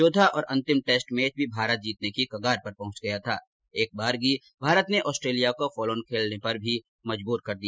चौथा और अंतिम टेस्ट मैच भी भारत जीतने की कगार पर पहुंच गया था एकबारगी भारत ने ऑस्ट्रेलिया को फॉलोओन खेलने पर मजबूर भी कर दिया